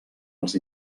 els